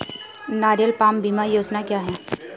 नारियल पाम बीमा योजना क्या है?